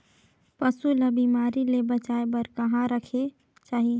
पशु ला बिमारी ले बचाय बार कहा रखे चाही?